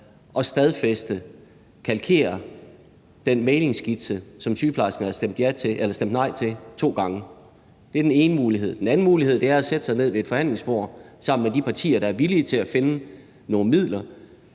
og stadfæste, kalkere den mæglingsskitse, som sygeplejerskerne har stemt nej til to gange. Det er den ene mulighed. Den anden mulighed er at sætte sig ned ved et forhandlingsbord sammen med de partier, der er villige til at finde nogle midler